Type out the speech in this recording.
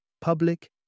public